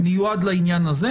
מיועד לעניין הזה,